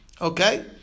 Okay